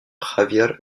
javier